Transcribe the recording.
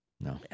No